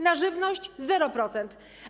Na żywność - 0%.